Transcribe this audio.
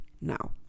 now